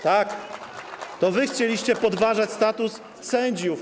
To wy chcieliście podważać status sędziów.